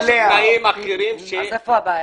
יש דברים אחרים --- אז איפה הבעיה?